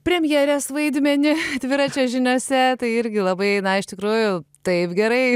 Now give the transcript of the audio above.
premjerės vaidmenį dviračio žiniose tai irgi labai na iš tikrųjų taip gerai